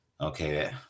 Okay